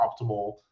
optimal